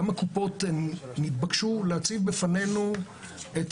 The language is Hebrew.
גם הקופות נתבקשו להציג בפנינו את